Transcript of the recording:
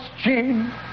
Gene